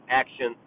action